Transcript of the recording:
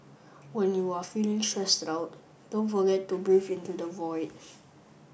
when you are feeling stressed out don't forget to breathe into the void